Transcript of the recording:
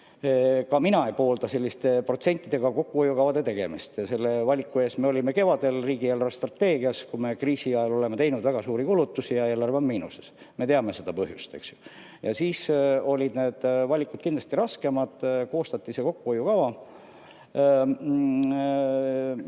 ka mina ei poolda selliste protsentidega kokkuhoiukavade tegemist. Selle valiku ees me olime kevadel riigi eelarvestrateegias, oleme kriisi ajal teinud väga suuri kulutusi ja eelarve on miinuses. Me teame selle põhjust. Siis olid need valikud kindlasti raskemad. Koostati kokkuhoiukava.